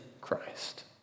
Christ